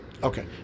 Okay